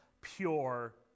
pure